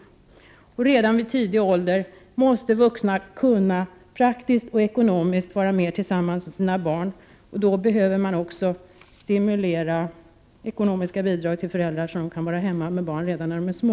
Redan i barnens tidiga ålder måste föräldrarna ges praktiska och ekonomiska möjligheter att vara mer tillsammans med sina barn. Föräldrarna behöver stimulans i form av bidrag, så att de kan vara hemma med barnen redan när barnen är små.